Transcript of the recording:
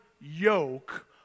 yoke